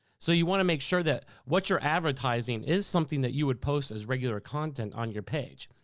so you wanna make sure that what you're advertising is something that you would post as regular content on your page.